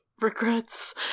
Regrets